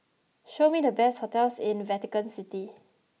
show me the best hotels in Vatican City